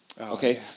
Okay